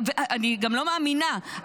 אני גם לא מאמינה,